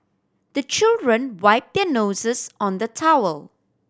the children wipe their noses on the towel